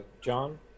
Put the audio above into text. John